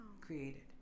created